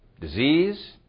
disease